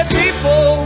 people